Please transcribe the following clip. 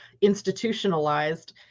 institutionalized